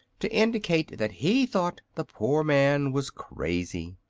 to indicate that he thought the poor man was crazy.